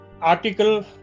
Article